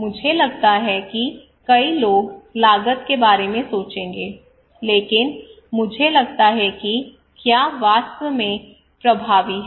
मुझे लगता है कि कई लोग लागत के बारे में सोचेंगे लेकिन मुझे लगता है कि क्या यह वास्तव में प्रभावी है